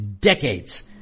decades